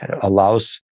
allows